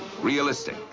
realistic